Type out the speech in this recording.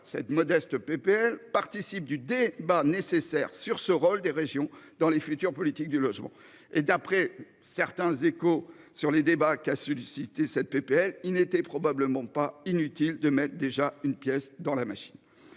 cette modeste PPL participe du débat nécessaire sur ce rôle des régions dans les futures politique du logement et d'après certains échos sur les débats qui a sollicité cette PPL il n'était probablement pas inutile de mettre déjà une pièce dans la machine.